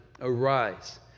Arise